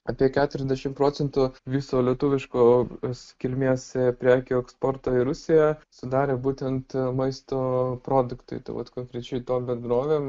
apie keturiasdešimt procentų viso lietuviškos kilmės prekių eksportą į rusiją sudarė būtent maisto produktai tai vat konkrečiai tom bendrovėm